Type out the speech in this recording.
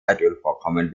erdölvorkommen